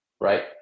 right